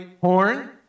horn